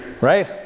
Right